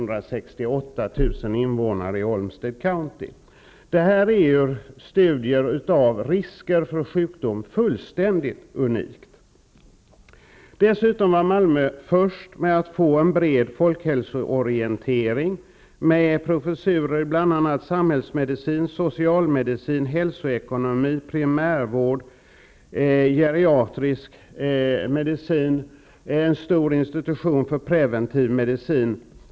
Där bedrivs studier av risker för sjukdom fullständigt unikt. Dessutom var Malmö först med att få en bred folkhälsoorientering med professurer i bl.a. samhällsmedicin, socialmedicin, hälsoekonomi, primärvård, geriatrisk medicin och en stor institution för preventiv medicin.